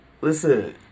listen